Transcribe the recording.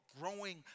growing